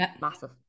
massive